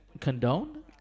Condone